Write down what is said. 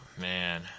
Man